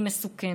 הם מסוכנים.